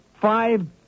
Five